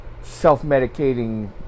self-medicating